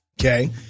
Okay